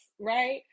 right